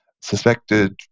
suspected